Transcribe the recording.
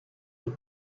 les